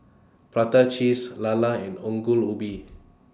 Prata Cheese Lala and Ongol Ubi